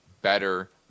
better